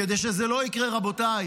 כדי שזה לא יקרה, רבותיי,